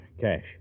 cash